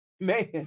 man